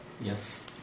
Yes